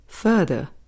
Further